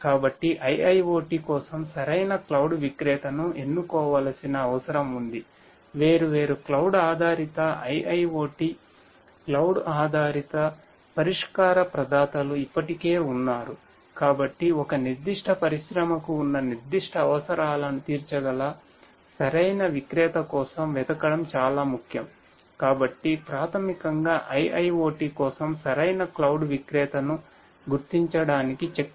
కాబట్టి IIoT కోసం సరైన క్లౌడ్ విక్రేతను గుర్తించడానికి చెక్లిస్ట్ సహాయపడుతుంది